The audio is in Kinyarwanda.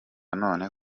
none